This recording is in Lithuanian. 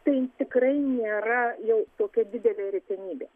tai tikrai nėra jau tokia didelė retenybė